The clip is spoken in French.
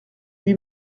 lui